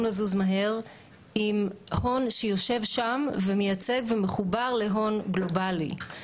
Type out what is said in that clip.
לזוז מהר עם הון שיושב שם ומייצג ומחובר להון גלובלי.